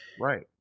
Right